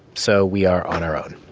so we are on our own.